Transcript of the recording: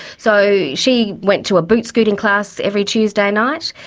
so she went to a boot scooting class every tuesday night,